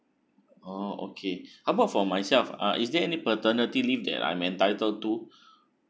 oh okay how about for myself uh is there any paternity leave that I'm entitled to